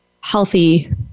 healthy